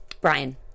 brian